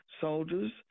soldiers